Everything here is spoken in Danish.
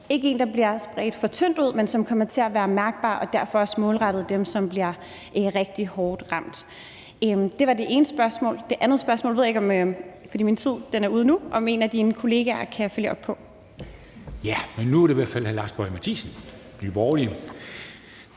være en, der bliver spredt for tyndt ud, men en, som kommer til at være mærkbar og derfor også målrettet dem, som bliver rigtig hårdt ramt. Det var det ene spørgsmål. Det andet spørgsmål ved jeg ikke om en af dine kolleger kan følge op på, for min tid er ude nu. Kl. 13:41 Formanden (Henrik